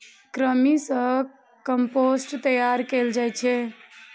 कृमि सं कंपोस्ट तैयार कैल जाइ छै